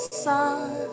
sun